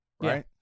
right